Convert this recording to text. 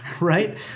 right